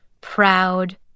proud